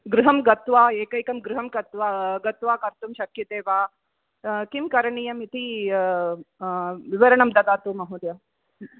गृहं गत्वा एकैकं गृहं गत्वा गत्वा कर्तुं शक्यते वा किं करणीयम् इति विवरणं ददातु महोदय